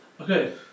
Okay